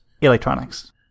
Electronics